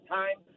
time